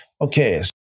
Okay